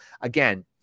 again